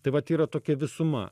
tai vat yra tokia visuma